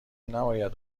نباید